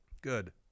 Good